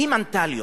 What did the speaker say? היא מנטליות,